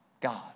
God